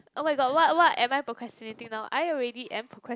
oh-my-god what what am I procrastinating now I already am procra~